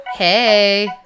Hey